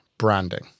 Branding